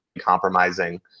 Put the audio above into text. compromising